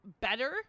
better